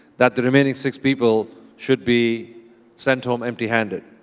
that the remaining six people should be sent home empty-handed.